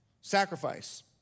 Sacrifice